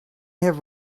have